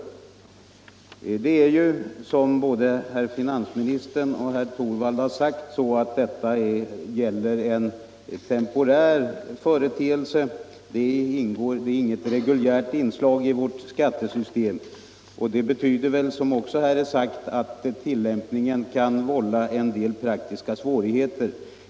Avdraget är ju, som både herr finansministern och herr Torwald har påpekat, en temporär företeelse. Det är inget reguljärt inslag i vårt skattesystem, och detta betyder — som också sagts här — att tillämpningen kan vålla en del praktiska svårigheter.